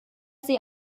sie